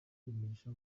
umugisha